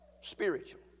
spiritual